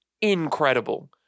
incredible